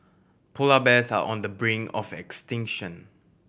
polar bears are on the brink of extinction